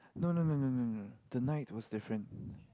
no no no no no no the night was different